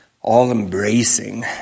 all-embracing